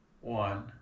one